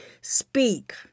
speak